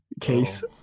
case